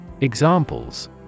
Examples